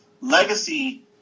legacy